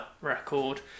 record